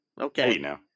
Okay